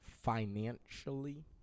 Financially